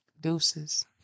deuces